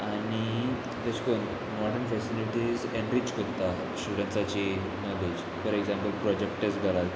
आनी तेश कोन मॉर्डन फेसिलिटीज एनरीच कोत्ता स्टुडंट्साची नॉलेज फॉर एग्जाम्पल प्रोजेक्ट घरात